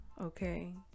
okay